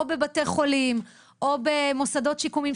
או בבתי חולים או במוסדות שיקומיים.